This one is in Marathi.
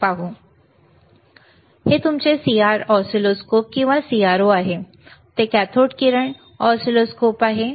आता हे तुमचे CR ऑसिलोस्कोप किंवा CRO आहे ते कॅथोड किरण ऑसिलोस्कोप आहे